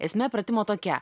esmė pratimo tokia